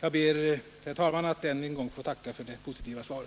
Herr talman! Jag ber att än en gång få tacka för det positiva svaret.